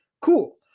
cool